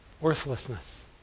worthlessness